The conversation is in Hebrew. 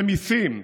זה מיסים,